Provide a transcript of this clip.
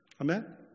Amen